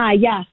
Yes